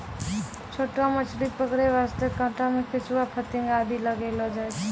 छोटो मछली पकड़ै वास्तॅ कांटा मॅ केंचुआ, फतिंगा आदि लगैलो जाय छै